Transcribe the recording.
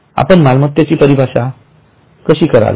आपण मालमत्तेची परिभाषा कशी कराल